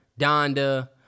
Donda